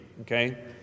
Okay